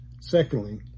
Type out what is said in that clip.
Secondly